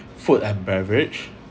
food and beverage